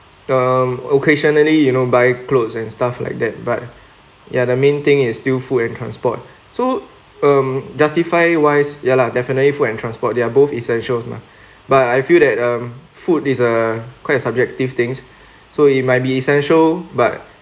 um occasionally you know buy clothes and stuff like that but ya the main thing is still food and transport so um justify wise ya lah definitely food and transport they're both essentials mah but I feel that um food is a quite subjective things so it might be essential but